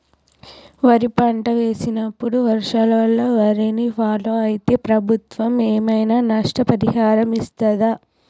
వరి పంట వేసినప్పుడు వర్షాల వల్ల వారిని ఫాలో అయితే ప్రభుత్వం ఏమైనా నష్టపరిహారం ఇస్తదా?